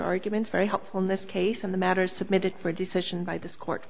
arguments very helpful in this case on the matter submitted for a decision by this